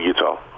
Utah